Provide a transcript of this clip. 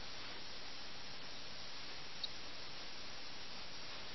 അതിനാൽ Lucknow British East India കമ്പനിയുടെ കീഴിലാകുമ്പോൾ രാജ്യത്തെ മുഴുവൻ പ്രതിനിധീകരിക്കുന്നു